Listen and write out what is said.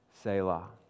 Selah